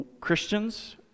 Christians